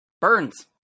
burns